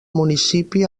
municipi